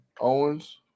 Owens